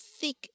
thick